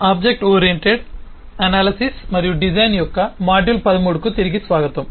object oriented విశ్లేషణ మరియు design యొక్క మాడ్యూల్ 13 కు తిరిగి స్వాగతం